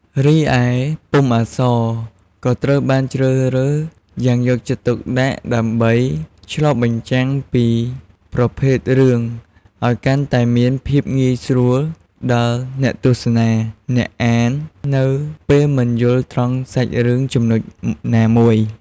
រីឯពុម្ពអក្សរ ក៏ត្រូវបានជ្រើសរើសយ៉ាងយកចិត្តទុកដាក់ដើម្បី ឆ្លុះបញ្ចាំងពីប្រភេទរឿងអោយកាន់តែមានភាពងាយស្រួលដល់អ្នកទស្សនា អ្នកអាននៅពេលមិនយល់ត្រង់សាច់រឿងចំណុចណាមួយ ។